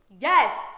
yes